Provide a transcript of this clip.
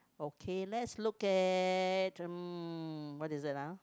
okay let's look at hmm what is that ah